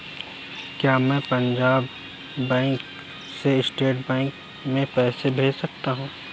क्या मैं पंजाब बैंक से स्टेट बैंक में पैसे भेज सकता हूँ?